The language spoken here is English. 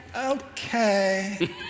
Okay